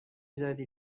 زدی